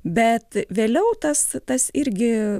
bet vėliau tas tas irgi